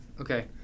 okay